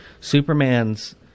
superman's